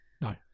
no